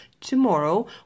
tomorrow